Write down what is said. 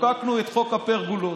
חוקקנו את חוק הפרגולות,